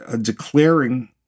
declaring